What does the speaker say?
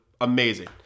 amazing